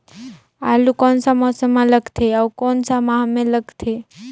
आलू कोन सा मौसम मां लगथे अउ कोन सा माह मां लगथे?